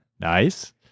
Nice